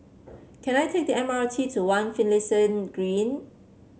can I take the M R T to One Finlayson Green